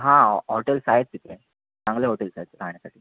हां हॉटेल्स आहेत तिथे चांगले हॉटेल्स आहेत राहण्यासाठी